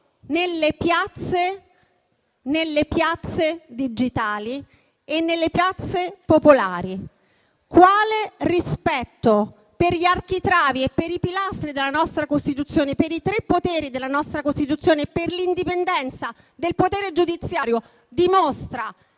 nelle piazze digitali e nelle piazze popolari. Quale rispetto per gli architravi e per i pilastri della nostra Costituzione, per i tre poteri della nostra Costituzione, per l'indipendenza del potere giudiziario dimostrano